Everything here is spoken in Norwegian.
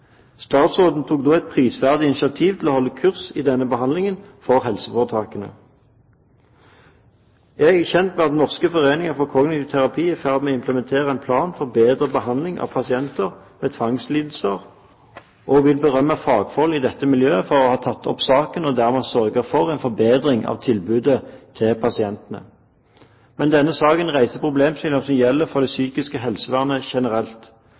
Statsråden tok da et prisverdig initiativ til å holde kurs i denne behandlingen for helseforetakene. Jeg er kjent med at Norsk Forening for Kognitiv Terapi er i ferd med å implementere en plan for bedre behandling av pasienter med tvangslidelser, og vil berømme fagfolk i dette miljøet for å ha tatt opp saken og dermed ha sørget for en forbedring av tilbudet til pasientene. Men denne saken reiser problemstillinger som gjelder for det psykiske helsevernet generelt.